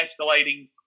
escalating